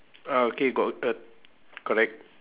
ah okay got a correct